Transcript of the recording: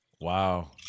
Wow